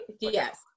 yes